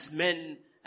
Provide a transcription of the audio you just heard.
men